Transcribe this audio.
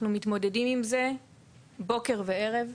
אנחנו מתמודדים עם זה בוקר וערב.